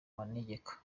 manegeka